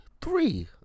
three